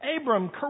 Abram